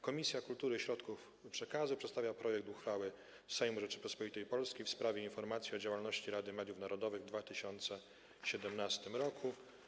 Komisja Kultury i Środków Przekazu przedstawia projekt uchwały Sejmu Rzeczypospolitej Polskiej w sprawie informacji o działalności Rady Mediów Narodowych w 2017 r.